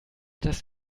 das